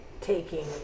taking